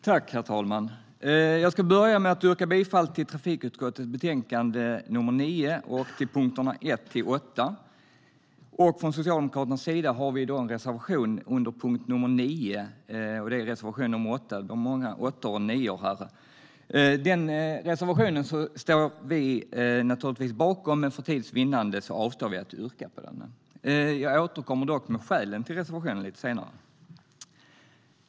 Herr talman! Jag ska börja med att yrka bifall till förslaget i trafikutskottets betänkande nr 9 punkterna 1-8. Från Socialdemokraternas sida har vi en reservation under punkt nr 9, och det är reservation nr 8. Det är många åttor och nior här. Den reservationen står vi naturligtvis bakom, men för tids vinnande avstår vi från att yrka bifall till den. Jag återkommer med skälen till reservationen lite senare.